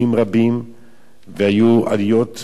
והיו עליות וירידות ומורדות